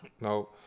no